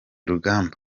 rugamba